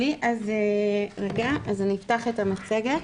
אני אפתח את המצגת.